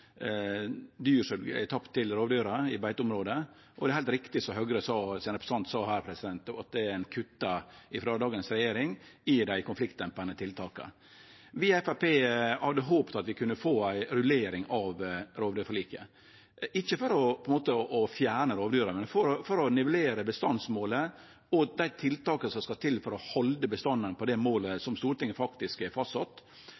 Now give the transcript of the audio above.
riktig, som representanten frå Høgre sa, at dagens regjering kuttar i løyvingane til konfliktdempande tiltak. Vi i Framstegspartiet hadde håpt at vi kunne få ei rullering av rovdyrforliket, ikkje for å fjerne rovdyra, men for å nivellere bestandsmålet og dei tiltaka som skal til for å halde bestandane på det